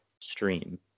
stream